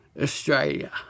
Australia